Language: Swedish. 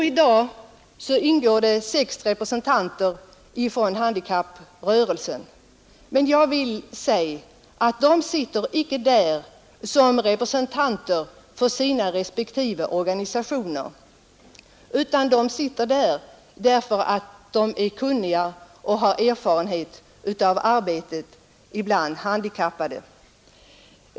I dag ingår det sex representanter för handikapprörelsen, men de sitter icke där såsom representanter för sina respektive organisationer, utan därför att de är kunniga och har erfarenhet av arbetet bland handikappade.